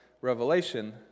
revelation